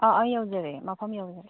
ꯑꯥ ꯑꯩ ꯌꯧꯖꯔꯦ ꯃꯐꯝ ꯌꯧꯖꯔꯦ